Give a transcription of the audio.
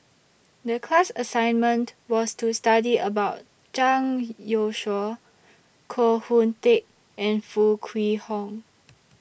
The class assignment was to study about Zhang Youshuo Koh Hoon Teck and Foo Kwee Horng